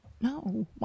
no